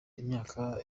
imyaka